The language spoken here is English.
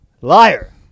Liar